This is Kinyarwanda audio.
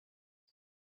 ltd